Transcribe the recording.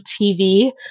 tv